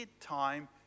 time